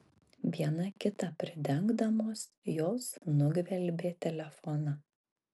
viena kitą pridengdamos jos nugvelbė telefoną